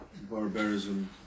barbarism